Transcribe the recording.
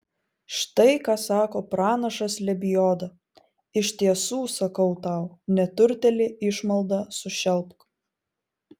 štai ką sako pranašas lebioda iš tiesų sakau tau neturtėlį išmalda sušelpk